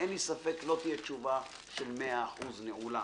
אין לי ספק, לא תהיה תשובה של מאה אחוז נעולה.